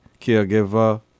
caregiver